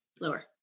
Lower